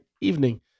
evening